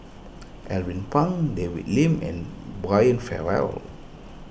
Alvin Pang David Lim and Brian Farrell